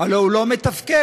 הלוא הוא לא מתפקד.